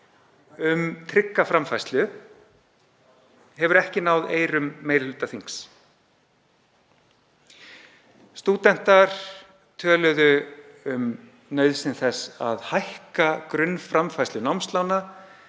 um trygga framfærslu hefur ekki náð eyrum meiri hluta þings. Stúdentar töluðu um nauðsyn þess að hækka grunnframfærslu námslána